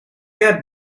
got